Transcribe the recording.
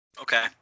Okay